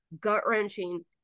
gut-wrenching